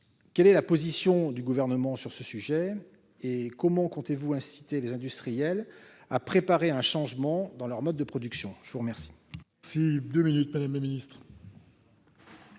quelle est la position du gouvernement sur ce sujet et comment comptez-vous inciter les industriels à préparer un changement dans leur mode de production, je vous remercie. Si 2 minutes Madame le Ministre.